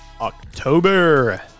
October